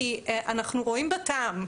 כי אנחנו רואים בה טעם,